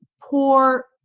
poor